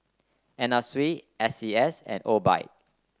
Anna Sui S C S and Obike